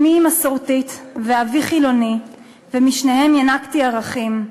אמי מסורתית ואבי חילוני, ומשניהם ינקתי ערכים,